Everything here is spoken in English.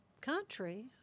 country